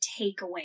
takeaway